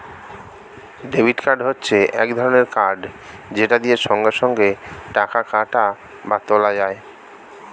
debit card হচ্ছে এক রকমের কার্ড যেটা দিয়ে সঙ্গে সঙ্গে টাকা কাটা বা তোলা যায়